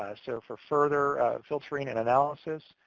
ah so for further filtering and analysis.